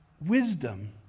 wisdom